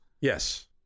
Yes